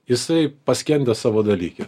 jisai paskendęs savo dalyke